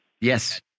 Yes